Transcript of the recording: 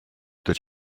that